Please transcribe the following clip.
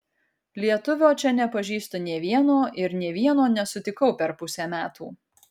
lietuvio čia nepažįstu nė vieno ir nė vieno nesutikau per pusę metų